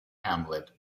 hamlet